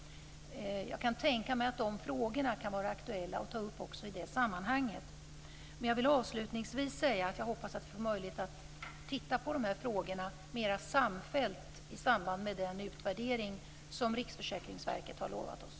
Jag kan tänka mig att de frågorna kan vara aktuella att ta upp också i det sammanhanget. Jag vill avslutningsvis säga att jag hoppas att vi får möjlighet att titta på de här frågorna mer samfällt i samband med den utvärdering som Riksförsäkringsverket har lovat oss.